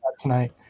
tonight